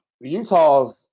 Utah's